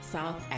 South